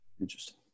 Interesting